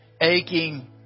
aching